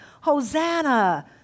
Hosanna